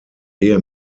ehe